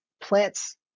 plants